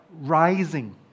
rising